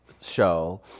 show